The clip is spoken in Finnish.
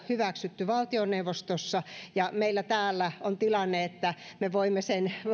hyväksytty valtioneuvostossa ja meillä täällä on tilanne että me voimme sen